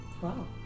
Wow